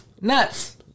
Nuts